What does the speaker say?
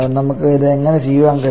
നമുക്ക് ഇത് എങ്ങനെ ചെയ്യാൻ കഴിയും